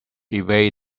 evade